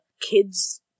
kids